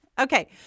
Okay